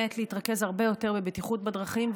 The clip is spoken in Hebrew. להתרכז הרבה יותר בבטיחות בדרכים,